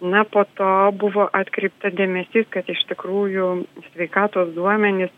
na po to buvo atkreipta dėmesys kad iš tikrųjų sveikatos duomenys